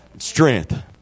Strength